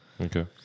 okay